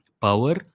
Power